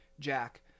Jack